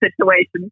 situations